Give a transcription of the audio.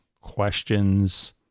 questions